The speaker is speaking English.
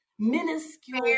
minuscule